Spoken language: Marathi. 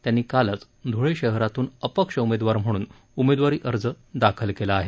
त्यांनी कालच ध्रूळे शहरातून अपक्ष उमेदवार म्हणून उमेदवारी अर्ज दाखल केला आहे